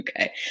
Okay